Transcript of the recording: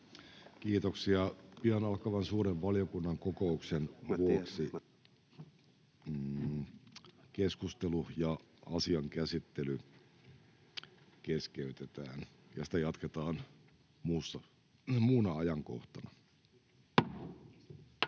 Kiitoksia. — Pian alkavan suuren valiokunnan kokouksen vuoksi keskustelu ja asian käsittely keskeytetään ja sitä jatketaan muuna ajankohtana. [Speech